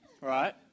right